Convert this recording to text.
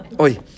Oi